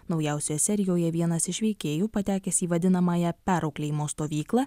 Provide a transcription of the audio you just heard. naujausioje serijoje vienas iš veikėjų patekęs į vadinamąją perauklėjimo stovyklą